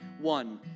One